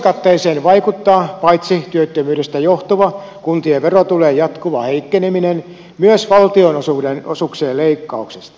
vuosikatteeseen vaikuttavat paitsi työttömyydestä johtuva kuntien verotulojen jatkuva heikkeneminen myös valtionosuuksien leikkaukset